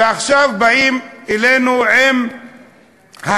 ועכשיו באים אלינו עם ההמצאה: